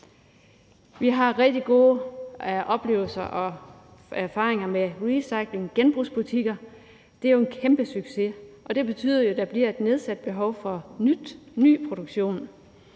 Vi har rigtig gode oplevelser og erfaringer med recycling og genbrugsbutikker. Det er jo en kæmpesucces, og det betyder, at der bliver et nedsat behov for ny produktion.